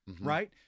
right